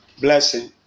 blessing